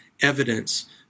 evidence